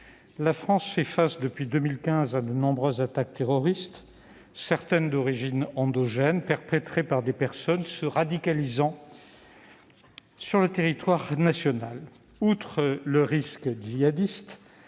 la France fait face depuis 2015 à de nombreuses attaques terroristes, certaines d'origine endogène et perpétrées par des personnes se radicalisant sur le territoire national. Outre le risque djihadiste,